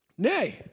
Nay